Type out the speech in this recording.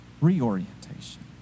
reorientation